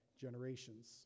generations